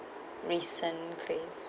recent crave